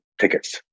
tickets